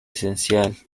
esencial